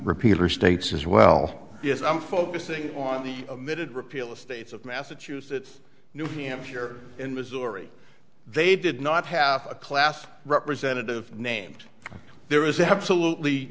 repeater states as well yes i'm focusing on the admitted repeal estates of massachusetts new hampshire and missouri they did not have a class representative named there is absolutely